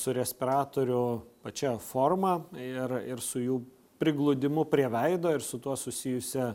su respiratorių pačia forma ir ir su jų prigludimu prie veido ir su tuo susijusią